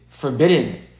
Forbidden